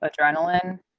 adrenaline